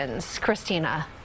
Christina